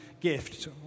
gift